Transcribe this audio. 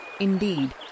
Indeed